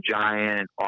giant